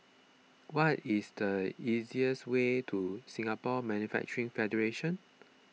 what is the easiest way to Singapore Manufacturing Federation